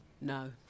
No